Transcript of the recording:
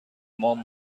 مام